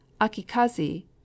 akikazi